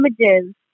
images